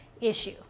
issue